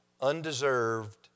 undeserved